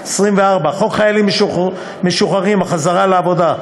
24. חוק חיילים משוחררים (החזרה לעבודה),